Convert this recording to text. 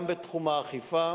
גם בתחום האכיפה